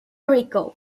rico